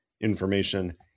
information